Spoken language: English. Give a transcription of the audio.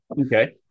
Okay